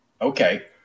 okay